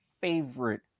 favorite